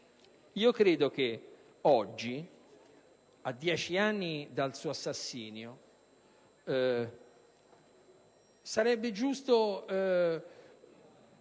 Credo che oggi, a dieci anni dal suo assassinio, sarebbe giusto